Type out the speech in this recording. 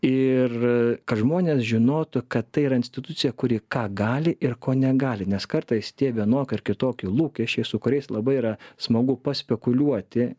ir kad žmonės žinotų kad tai yra institucija kuri ką gali ir ko negali nes kartais tie vienokie ar kitokie lūkesčiai su kuriais labai yra smagu paspekuliuoti